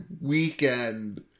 weekend